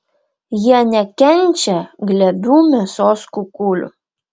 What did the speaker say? jie nekenčia glebių mėsos kukulių